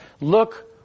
look